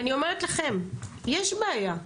אני אומרת לכם, יש בעיה,